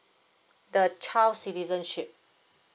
the child citizenship